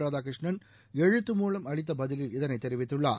ராதாகிருஷ்ணன் எழுத்து மூலம் அளித்த பதிலில் இதை தெரிவித்துள்ளார்